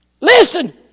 Listen